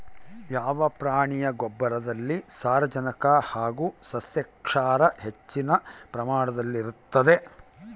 ಯಾವ ಪ್ರಾಣಿಯ ಗೊಬ್ಬರದಲ್ಲಿ ಸಾರಜನಕ ಹಾಗೂ ಸಸ್ಯಕ್ಷಾರ ಹೆಚ್ಚಿನ ಪ್ರಮಾಣದಲ್ಲಿರುತ್ತದೆ?